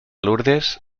lourdes